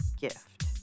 gift